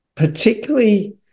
particularly